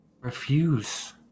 refuse